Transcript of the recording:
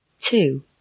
Two